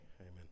Amen